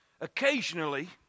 occasionally